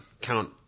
Count